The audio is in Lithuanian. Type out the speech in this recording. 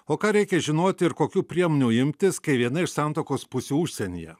o ką reikia žinoti ir kokių priemonių imtis kai viena iš santuokos pusių užsienyje